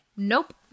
nope